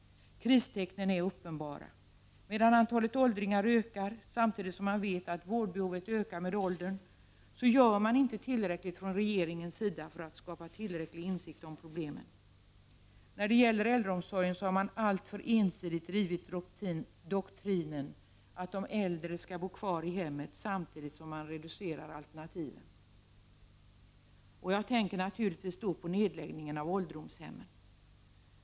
Kristecknen är uppenbara. Medan antalet åldringar ökar, samtidigt som man vet att vårdbehovet ökar med åldern, gör man inte tillräckligt mycket från regeringens sida för att skapa tillräcklig insikt om problemen. När det gäller äldreomsorgen har man alltför ensidigt drivit teorin att de äldre skall bo kvar i hemmet samtidigt som man reducerat alternativen. Jag tänker då naturligtvis på nedläggningen av ålderdomshemmen.